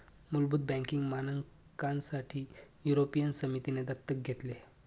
मुलभूत बँकिंग मानकांसाठी युरोपियन समितीने दत्तक घेतले